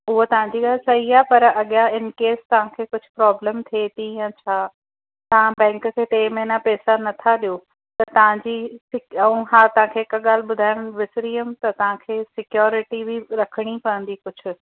उहा तव्हांजी ॻाल्हि सही आहे पर अॻियां इन केस तव्हांखे कुझु प्रॉब्लम थिए थी या छा तव्हां बैंक खे टे महीना पैसा नथा ॾियो त तव्हांजी सिक ऐं हा तव्हांखे हिकु ॻाल्हि ॿुधाइण विसरी वियमि त तव्हांखे सिक्योरिटी बि रखणी पवंदी कुझु